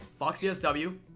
FoxySW